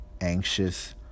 anxious